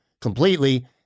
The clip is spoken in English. completely